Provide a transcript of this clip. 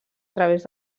través